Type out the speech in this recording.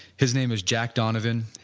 his name is jack donovan,